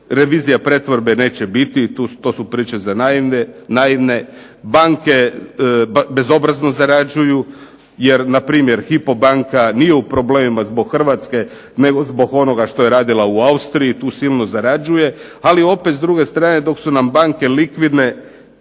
revizija pretvorbe neće biti, to su priče za naivne. Banke bezobrazno zarađuju jer npr. "Hypo banka" nije u problemima zbog Hrvatske nego zbog onoga što je radila u Austriji i tu silno zarađuje, ali opet s druge strane dok su nam banke likvidne